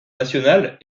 nationale